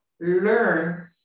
learn